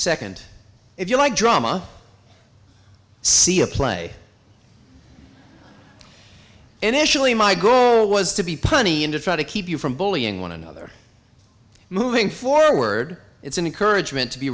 second if you like drama see a play initially my goal was to be punny and to try to keep you from bullying one another moving forward it's an encouragement to be